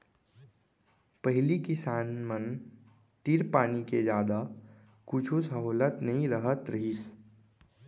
पहिली किसान मन तीर पानी के जादा कुछु सहोलत नइ रहत रहिस